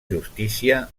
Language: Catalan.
justícia